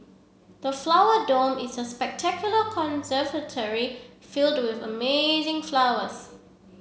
the Flower Dome is a spectacular conservatory filled with amazing flowers